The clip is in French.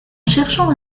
cherchant